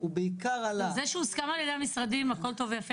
זה שהוא הוסכם על ידי המשרדים, הכול טוב ויפה.